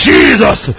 Jesus